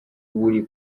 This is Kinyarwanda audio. buri